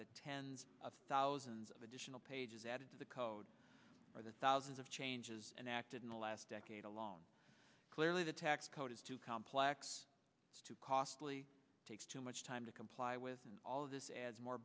the tens of thousands of additional pages added to the code by the thousands of changes enacted in the last decade alone clearly the tax code is too complex too costly takes too much time to comply with and all of this adds more